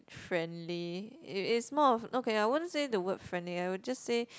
friendly it is more of okay I wouldn't say the word friendly I would just say